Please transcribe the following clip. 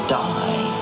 die